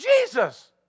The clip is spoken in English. Jesus